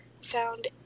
found